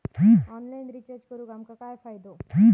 Online recharge करून आमका काय फायदो?